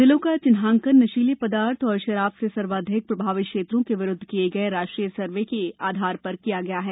जिलों का चिन्हांकन नशीले पदार्थ और शराब से सर्वाधिक प्रभावित क्षेत्रों के विरुद्व किये गये राष्ट्रीय सर्वेक्षण के आधार पर किया गया है